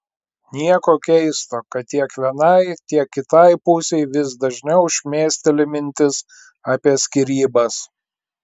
nieko keisto kad tiek vienai tiek kitai pusei vis dažniau šmėsteli mintis apie skyrybas